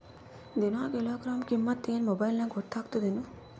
ದಿನಾ ಕಿಲೋಗ್ರಾಂ ಕಿಮ್ಮತ್ ಏನ್ ಮೊಬೈಲ್ ನ್ಯಾಗ ಗೊತ್ತಾಗತ್ತದೇನು?